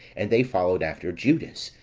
and they followed after judas,